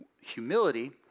Humility